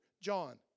John